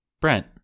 Brent